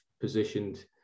positioned